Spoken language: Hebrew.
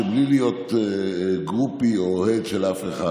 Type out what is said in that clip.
בלי להיות גרופי או אוהד של אף אחד,